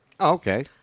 Okay